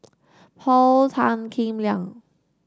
Paul Tan Kim Liang